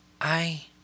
I